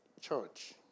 church